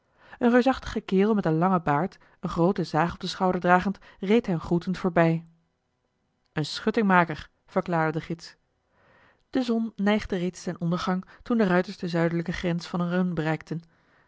een reusachtige kerel met een langen baard eene groote zaag op den schouder dragend reed hen groetend voorbij een schuttingmaker verklaarde de gids de zon neigde reeds ten ondergang toen de ruiters de zuidelijke grens van een run bereikten